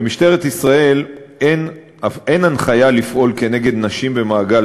במשטרת ישראל אין הנחיה לפעול נגד נשים במעגל